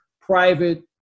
private